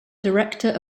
director